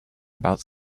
about